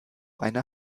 einer